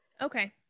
Okay